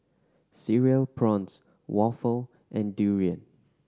Cereal Prawns waffle and durian